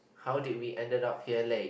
how did we ended up here late